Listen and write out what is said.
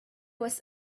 was